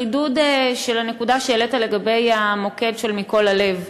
חידוד של הנקודה שהעלית לגבי המוקד של "מקול הלב".